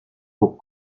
pour